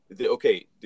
Okay